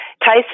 Tyson